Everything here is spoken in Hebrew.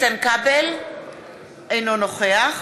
אינו נוכח